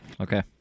Okay